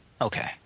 Okay